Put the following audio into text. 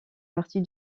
partie